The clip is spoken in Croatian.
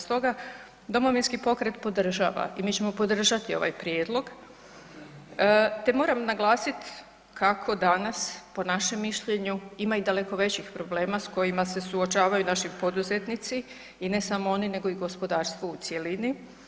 Stoga Domovinski pokret podržava i mi ćemo podržati ovaj prijedlog te moram naglasiti kako danas po našem mišljenju ima i daleko većih problema s kojima se suočavaju naši poduzetnici i ne samo oni nego i gospodarstvo u cjelini.